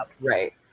Right